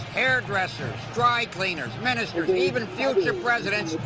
hairdressers, dry cleaners, ministers, even future presidents,